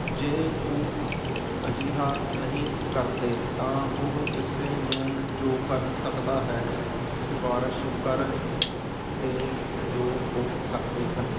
ਜੇ ਉਹ ਅਜਿਹਾ ਨਹੀਂ ਕਰਦੇ ਤਾਂ ਉਹ ਕਿਸੇ ਨੂੰ ਜੋ ਕਰ ਸਕਦਾ ਹੈ ਸਿਫਾਰਸ਼ ਕਰਨ ਦੇ ਯੋਗ ਹੋ ਸਕਦੇ ਹਨ